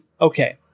Okay